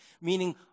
meaning